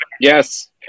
Yes